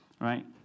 right